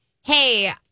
hey